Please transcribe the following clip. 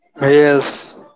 Yes